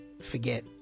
forget